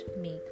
make